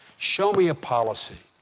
show me a policy.